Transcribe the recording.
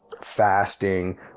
fasting